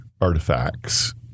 artifacts